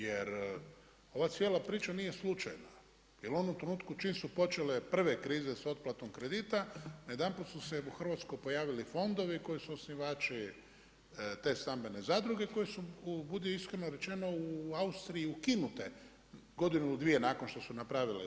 Jer ova cijela priča nije slučajna, jer oni u trenutku čim su počele prve krize s otplatom kredita na jedan puta su se u Hrvatskoj pojavili fondovi koji su osnivači te stambene zadruge koje su budi iskreno rečeno u Austriji ukinute godinu ili dvije nakon što su napravile to.